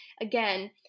again